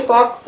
Box